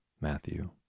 Matthew